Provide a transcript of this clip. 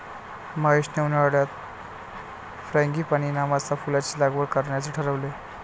महेशने उन्हाळ्यात फ्रँगीपानी नावाच्या फुलाची लागवड करण्याचे ठरवले